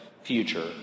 future